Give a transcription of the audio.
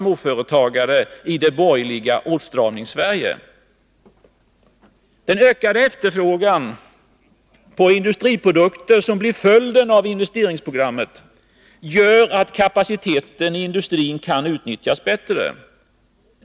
Åtgärder för de Den ökade efterfrågan på industriprodukter som blir följden av investe ringsprogrammet gör att kapaciteten i industrin kan utnyttjas bättre.